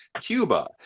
Cuba